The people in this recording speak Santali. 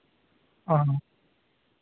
ᱚᱻ